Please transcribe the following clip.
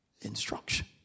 instruction